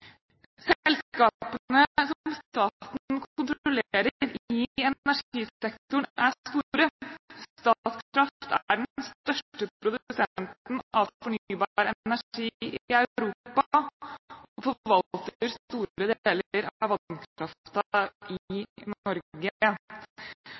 Selskapene som staten kontrollerer i energisektoren, er store. Statkraft er den største produsenten av fornybar energi i Europa og forvalter store deler av vannkraften i